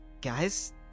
Guys